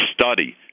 study